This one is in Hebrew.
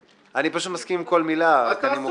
אני מסכים עם כל מילה, אבל אני מוגבל.